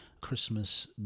Christmas